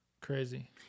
crazy